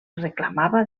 reclamava